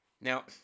Now